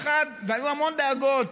והיו המון דאגות,